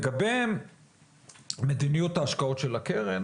לגבי מדיניות ההשקעות של הקרן,